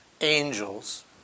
Angels